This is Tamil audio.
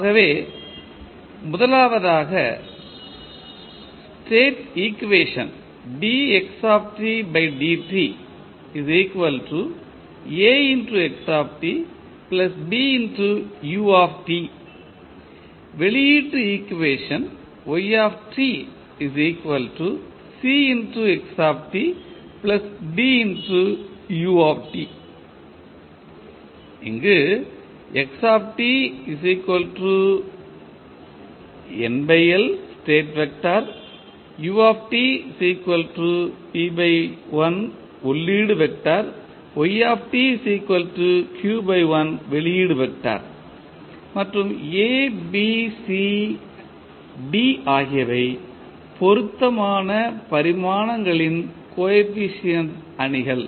ஆகவே முதலாவதாக ஸ்டேட் ஈக்குவேஷன் வெளியீடு ஈக்குவேஷன் இங்கு மற்றும் A B C D ஆகியவை பொருத்தமான பரிமாணங்களின் கோஎபிசியன்ட் அணிகள்